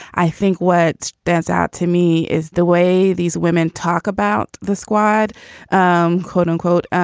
i think what stands out to me is the way these women talk about the squad um quote unquote.